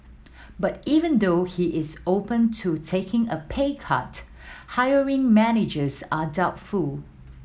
but even though he is open to taking a pay cut hiring managers are doubtful